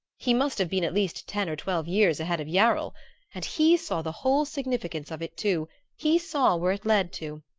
he must have been at least ten or twelve years ahead of yarrell and he saw the whole significance of it, too he saw where it led to.